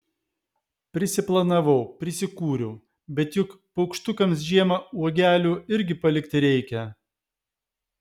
prisiplanavau prisikūriau bet juk paukštukams žiemą uogelių irgi palikti reikia